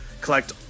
collect